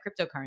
cryptocurrency